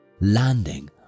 landing